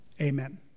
Amen